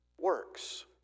works